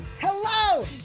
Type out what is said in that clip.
hello